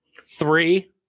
three